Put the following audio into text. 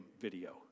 video